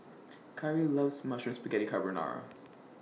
Khari loves Mushroom Spaghetti Carbonara